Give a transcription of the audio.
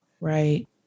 Right